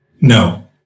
No